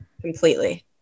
Completely